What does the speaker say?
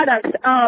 products